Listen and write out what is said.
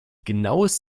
genaues